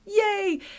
Yay